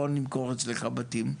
בוא נמכור אצלך בתים.